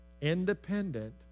independent